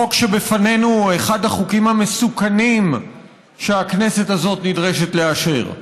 החוק שבפנינו הוא אחד החוקים המסוכנים שהכנסת הזאת נדרשת לאשר.